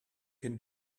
can